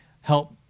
help